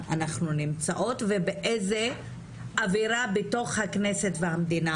אנחנו לא סתם בנינו תוכניות של רשויות שוות מגדרית שהן כוללות גם שטח,